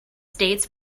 states